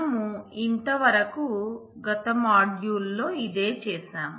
మనము ఇంత వరకూ గత మాడ్యూల్ లో ఇదే చేశాం